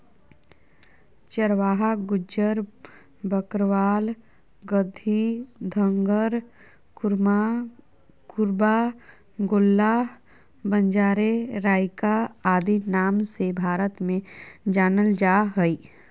चरवाहा गुज्जर, बकरवाल, गद्दी, धंगर, कुरुमा, कुरुबा, गोल्ला, बंजारे, राइका आदि नाम से भारत में जानल जा हइ